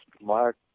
Mark